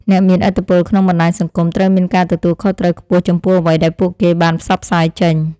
អ្នកមានឥទ្ធិពលក្នុងបណ្តាញសង្គមត្រូវមានការទទួលខុសត្រូវខ្ពស់ចំពោះអ្វីដែលពួកគេបានផ្សព្វផ្សាយចេញ។